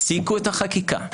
הפסיקו את החקיקה.